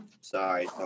Sorry